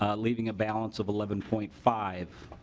ah leaving a balance of eleven point five.